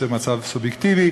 שהוא מצב סובייקטיבי,